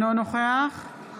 נוכח